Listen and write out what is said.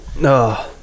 No